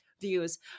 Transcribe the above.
views